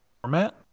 format